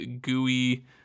gooey